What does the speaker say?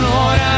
Lord